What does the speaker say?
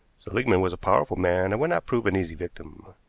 seligmann was a powerful man and would not prove an easy victim.